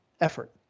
effort